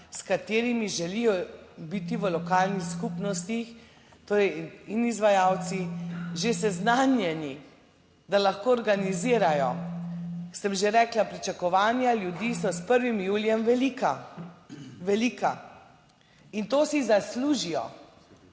s katerimi želijo biti v lokalnih skupnostih, torej in izvajalci že seznanjeni, da lahko organizirajo. Sem že rekla, pričakovanja ljudi so s 1. julijem velika, velika in to si zaslužijo,